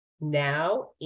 now